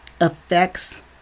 affects